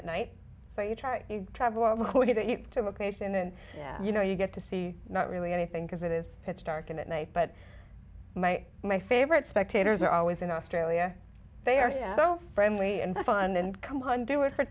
that night so you try you travel all the way to get you to vocation and you know you get to see not really anything because it is pitch dark and at night but my my favorite spectators are always in australia they are so friendly and fun and come on do it for